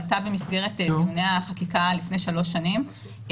עלתה במסגרת דיוני החקיקה לפני 3 שנים.